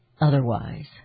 otherwise